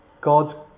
God's